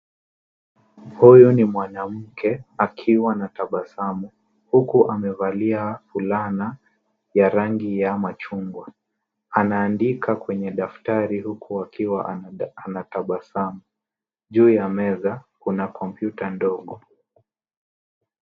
Huyu ni mwanamke akiwa na tabasamu huku amevalia fulana ya rangi ya machungwa. Anaandika kwenye daftari huku akiwa anatabasamu. Juu ya meza, kuna kompyuta ndogo.